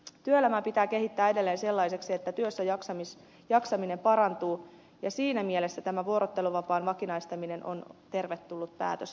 työelämää pitää kehittää edelleen sellaiseksi että työssäjaksaminen parantuu ja siinä mielessä tämä vuorotteluvapaan vakinaistaminen on tervetullut päätös hallitukselta